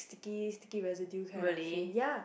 sticky sticky residual kind of feel ya